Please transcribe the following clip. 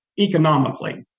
economically